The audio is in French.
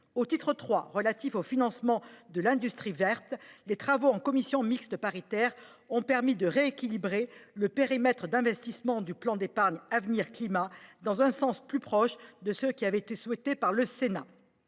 Au titre III, relatif au financement de l’industrie verte, les travaux en commission mixte paritaire ont permis de rééquilibrer le périmètre d’investissement du plan d’épargne avenir climat (Peac) dans un sens plus proche de ce qui avait été souhaité par le Sénat